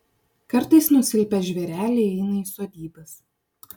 kartais nusilpę žvėreliai eina į sodybas